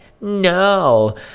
No